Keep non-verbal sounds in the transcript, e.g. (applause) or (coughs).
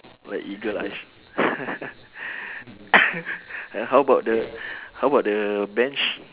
my eagle eyes (laughs) (coughs) and how about the how about the bench